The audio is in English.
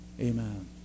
Amen